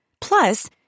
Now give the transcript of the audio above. Plus